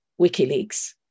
WikiLeaks